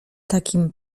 takim